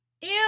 Ew